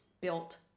built